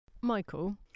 Michael